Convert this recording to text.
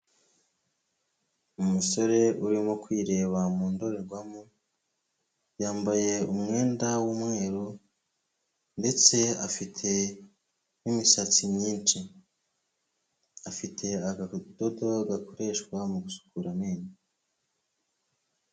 Umusore urimo kwireba mu ndorerwamo, yambaye umwenda w'umweru ndetse afite n'imisatsi myinshi. Afite akadodo gakoreshwa mu gusukura amenyo.